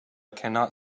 cannot